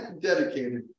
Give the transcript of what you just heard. dedicated